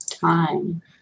time